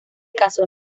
caso